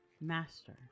Master